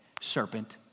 Serpent